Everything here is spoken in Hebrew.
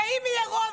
אם יהיה רוב,